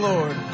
Lord